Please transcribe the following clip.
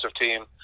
team